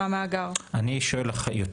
סוג של דרישות סף,